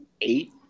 eight